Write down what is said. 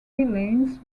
villains